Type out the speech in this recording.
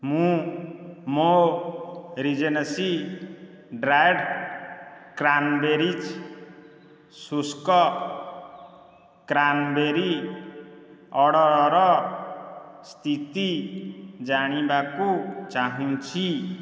ମୁଁ ମୋ raisins dried cranberries ଶୁଷ୍କ କ୍ରାନ୍ବେରି ଅର୍ଡ଼ର୍ର ସ୍ଥିତି ଜାଣିବାକୁ ଚାହୁଁଛି